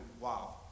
Wow